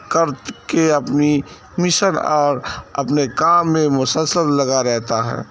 کر کے اپنی مشن اور اپنے کام میں مسلسل لگا رہتا ہے